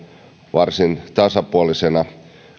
varsin tasapuolisena